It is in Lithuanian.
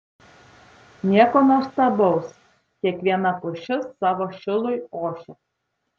nieko nuostabaus kiekviena pušis savo šilui ošia